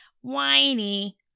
whiny